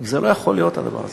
זה לא יכול להיות הדבר הזה.